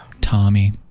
Tommy